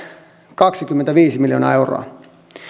kaksikymmentäviisi miljoonaa euroa